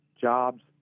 jobs